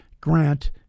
grant